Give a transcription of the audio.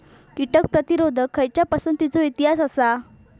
कीटक प्रतिरोधक खयच्या पसंतीचो इतिहास आसा?